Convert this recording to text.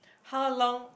how long